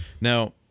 now